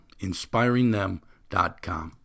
inspiringthem.com